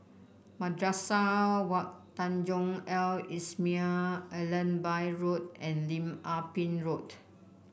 Madrasah Wak Tanjong Al Islamiah Allenby Road and Lim Ah Pin Road